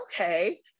okay